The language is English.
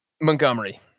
Montgomery